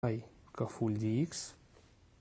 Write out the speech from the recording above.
כפול x